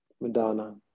Madonna